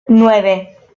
nueve